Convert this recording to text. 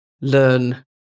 learn